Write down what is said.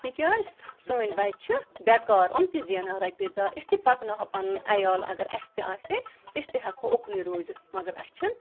تِکیٛازِ سٲنۍ بَچہِ چھِ بٮ۪کار یِم تہِ زینہٕ ہَن رۄپیہِ دَہ أسۍ تہِ پکناوہو پَنُن عیال اگر اَسہِ تہِ آسہِ ہے أسۍ تہِ ہٮ۪کہٕ ہو اُکنُے روٗزِتھ مگر اَسہِ چھَنہٕ